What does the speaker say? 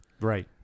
Right